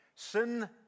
Sin